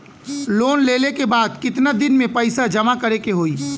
Loan लेले के बाद कितना दिन में पैसा जमा करे के होई?